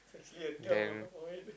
damn